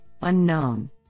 unknown